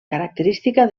característica